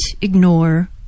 ignore